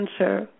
answer